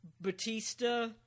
Batista